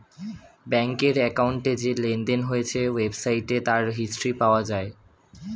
ব্যাংকের অ্যাকাউন্টে যে লেনদেন হয়েছে ওয়েবসাইটে তার হিস্ট্রি পাওয়া যায়